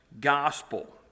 gospel